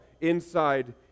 inside